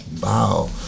Wow